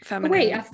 wait